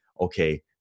okay